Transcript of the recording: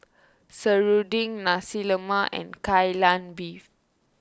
Serunding Nasi Lemak and Kai Lan Beef